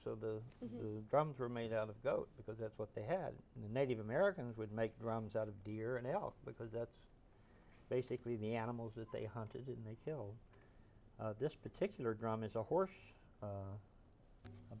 so the drums were made out of goat because that's what they had in the native americans would make drums out of deer and elk because that's basically the animals that they hunted in they killed this particular